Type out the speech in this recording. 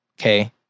Okay